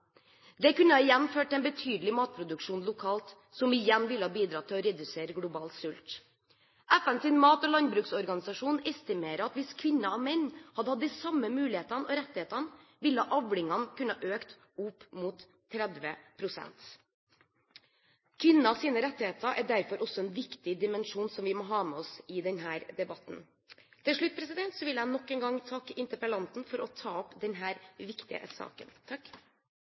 Det kunne føre til en betydelig matproduksjon lokalt, som igjen ville bidra til å redusere global sult. FNs mat- og landbruksorganisasjon estimerer at hvis kvinner og menn hadde hatt de samme mulighetene og rettighetene, ville avlingene kunne øke med opp mot 30 pst. Kvinners rettigheter er derfor også en viktig dimensjon som vi må ha med oss i denne debatten. Til slutt vil jeg nok en gang takke interpellanten for å ta opp denne viktige saken.